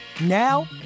Now